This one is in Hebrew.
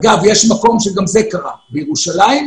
אגב, יש מקום שגם זה קרה בירושלים.